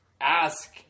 ask